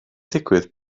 digwydd